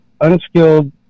unskilled